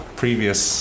previous